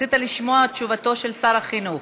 רצית לשמוע את תשובתו של שר החינוך,